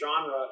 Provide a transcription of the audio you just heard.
genre